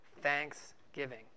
thanksgiving